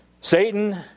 Satan